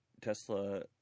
Tesla